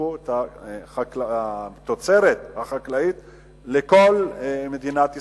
שסיפקו את התוצרת החקלאית לכל מדינת ישראל,